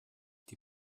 die